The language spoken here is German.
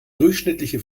durchschnittliche